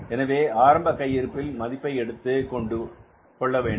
எனவே ஆரம்ப கையிருப்பில் மதிப்பு என்பதை எடுத்துக்கொள்ள வேண்டும்